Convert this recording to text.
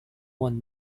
one